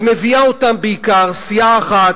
ומביאה אותם בעיקר סיעה אחת,